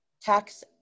tax